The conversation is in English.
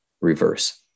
reverse